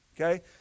Okay